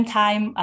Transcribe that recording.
time